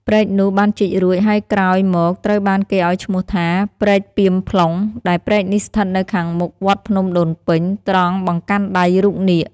ព្រែកនោះបានជីករួច ហើយក្រោយមកត្រូវបានគេឱ្យឈ្មោះថា "ព្រែកពាមផ្លុង" ដែលព្រែកនេះស្ថិតនៅខាងមុខ វត្តភ្នំដូនពេញ ត្រង់បង្កាន់ដៃរូបនាគ។